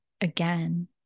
again